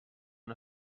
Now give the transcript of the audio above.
una